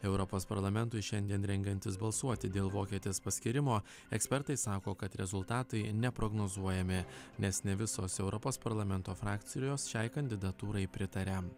europos parlamentui šiandien rengiantis balsuoti dėl vokietės paskyrimo ekspertai sako kad rezultatai neprognozuojami nes ne visos europos parlamento frakcijos šiai kandidatūrai pritaria